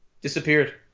Disappeared